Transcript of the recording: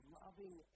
loving